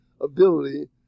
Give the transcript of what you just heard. ability